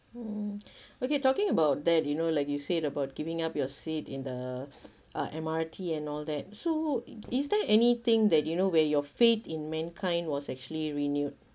mm okay talking about that you know like you said about giving up your seat in the uh M_R_T and all that so is there anything that you know where your faith in mankind was actually renewed